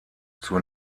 zur